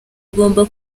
agomba